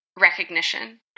recognition